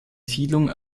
siedlung